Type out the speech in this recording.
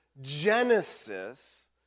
Genesis